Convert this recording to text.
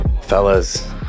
Fellas